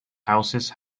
houses